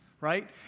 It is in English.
right